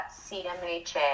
CMHA